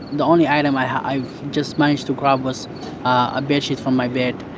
the only item i i just managed to grab was a bedsheet from my bed.